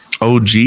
OG